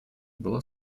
была